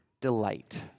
delight